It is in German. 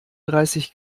dreißig